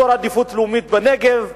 אזור עדיפות לאומית בנגב.